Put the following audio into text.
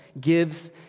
gives